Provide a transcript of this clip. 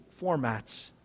formats